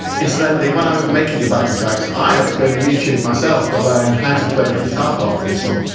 incidentally when i was making the backing tracks i had to go to and youtube myself to learn how to play the guitar part for this um